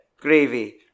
Gravy